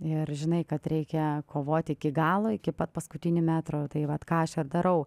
ir žinai kad reikia kovoti iki galo iki pat paskutinio metro tai vat ką aš darau